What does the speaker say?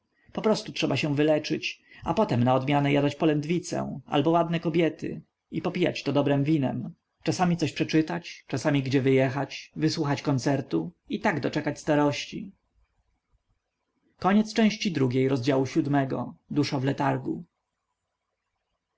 drugiemi poprostu trzeba się wyleczyć a potem na odmianę jadać polędwicę albo ładne kobiety i popijać to dobrem winem czasami coś przeczytać czasami gdzie wyjechać wysłuchać koncertu i tak doczekać starości